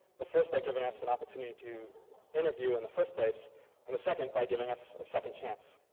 the first they'd given us an opportunity to interview in the first place and the second by giving us a second chance.